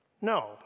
No